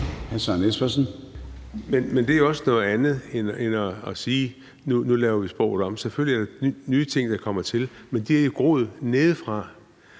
10:43 Søren Espersen (DD): Det er jo også noget andet end at sige, at nu laver vi sproget om. Selvfølgelig er der nye ting, der kommer til, men de er jo groet nedefra.